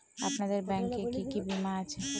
আপনাদের ব্যাংক এ কি কি বীমা আছে?